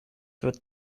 wird